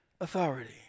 authority